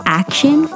action